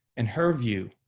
and her view,